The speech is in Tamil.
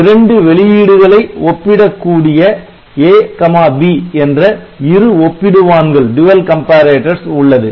இரண்டு வெளியீடுகளை ஒப்பிடக்கூடிய A B என்ற இரு ஒப்பிடுவான்கள் உள்ளது